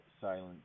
silent